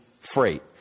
freight